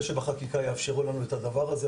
אני מקווה שבחקיקה יאפשרו לנו את הדבר הזה,